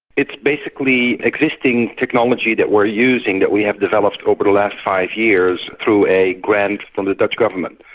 it's basically existing technology that we're using that we have developed over the last five years through a grant from the dutch government.